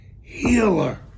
healer